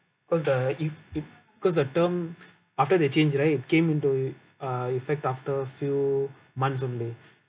because the if it because the term after they change right came into uh effect after a few months only